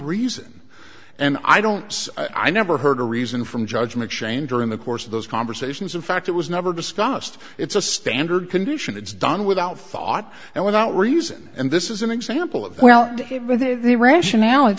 reason and i don't i never heard a reason from judgment shane during the course of those conversations in fact it was never discussed it's a standard condition it's done without thought and without reason and this is an example of well the rationale it